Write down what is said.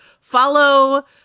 follow